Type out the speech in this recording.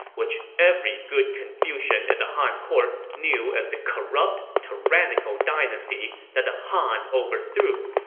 which every good confucian at the han court knew as the corrupt, tyrannical dynasty that the han overthrew.